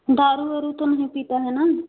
दारू उरू तो नहीं पीता है ना